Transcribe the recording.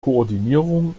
koordinierung